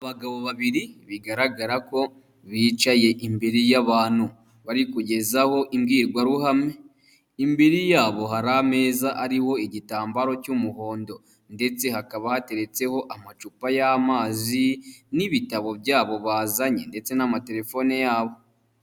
Abagabo babiri bigaragara ko bicaye imbere y'abantu bari kugezaho imbwirwaruhame. Imbere yabo hari ameza ariho igitambaro cy'umuhondo ndetse hakaba hateretseho amacupa y'amazi n'ibitabo byabo bazanye ndetse n'amatelefone yabo.